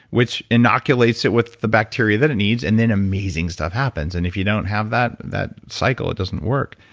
which inoculates it with the bacteria that it needs and then amazing stuff happens. and if you don't have that that cycle, it doesn't work.